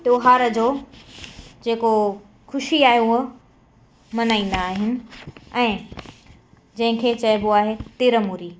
त्योहार जो जे को ख़ुशी आहे उहा मल्हाईंदा आहिनि ऐं जंहिं खे चइबो आहे तिरमूरी